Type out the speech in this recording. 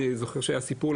אני זוכר שהיה סיפור,